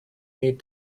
need